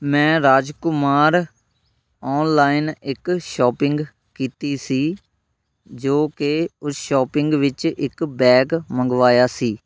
ਮੈਂ ਰਾਜਕੁਮਾਰ ਔਨਲਾਈਨ ਇੱਕ ਸ਼ੋਪਿੰਗ ਕੀਤੀ ਸੀ ਜੋ ਕਿ ਉਸ ਸ਼ੋਪਿੰਗ ਵਿੱਚ ਇੱਕ ਬੈਗ ਮੰਗਵਾਇਆ ਸੀ